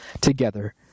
together